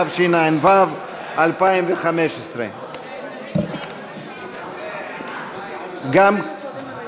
התשע"ו 2015. מה?